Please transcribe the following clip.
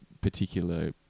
particular